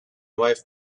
wife